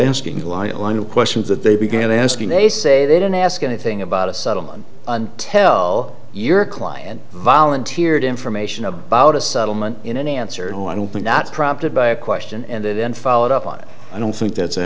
of questions that they began asking they say they don't ask anything about a settlement and tell your client volunteered information about a settlement in an answer and i don't think that's prompted by a question and then followed up on it i don't think that's